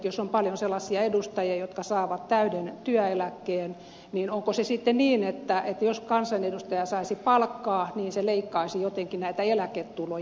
jos on paljon sellaisia edustajia jotka saavat täyden työeläkkeen onko se sitten niin että jos kansanedustaja saisi palkkaa se leikkaisi jotenkin eläketuloja